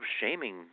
shaming